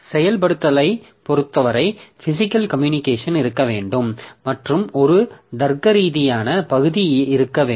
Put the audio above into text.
செயல்படுத்தலைப் பொருத்தவரை physical communication இருக்க வேண்டும் மற்றும் ஒரு தர்க்கரீதியான பகுதி இருக்க வேண்டும்